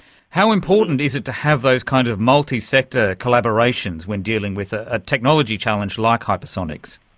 how important is it to have those kind of multisector collaborations when dealing with a technology challenge like hypersonics?